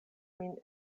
min